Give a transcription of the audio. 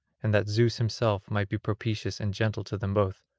and that zeus himself might be propitious and gentle to them both,